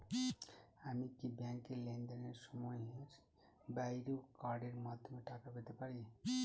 আমি কি ব্যাংকের লেনদেনের সময়ের বাইরেও কার্ডের মাধ্যমে টাকা পেতে পারি?